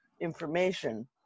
information